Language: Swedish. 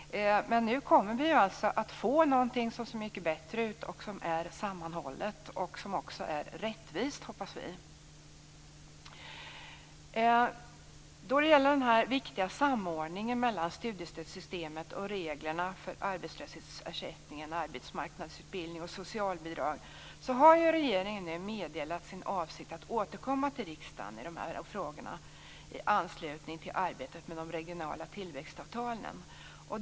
Nu kommer vi att få något som ser bättre ut, håller samman och är rättvist. När det gäller den viktiga samordningen mellan studiestödssystemet och reglerna för arbetslöshetsersättning, arbetsmarknadsutbildning och socialbidrag, har regeringen meddelat sin avsikt att återkomma till riksdagen i anslutning till arbetet med de regionala tillväxtavtalen.